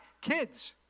kids